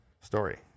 story